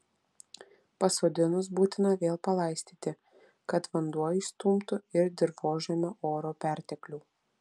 pasodinus būtina vėl palaistyti kad vanduo išstumtų ir dirvožemio oro perteklių